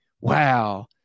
Wow